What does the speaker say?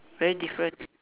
very different